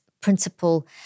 principle